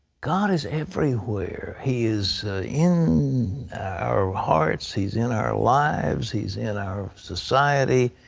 god is everywhere. he is in our hearts. he's in our lives. he's in our society.